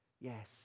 Yes